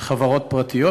חברות פרטיות,